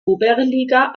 oberliga